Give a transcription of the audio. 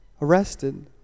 arrested